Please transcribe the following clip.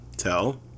Tell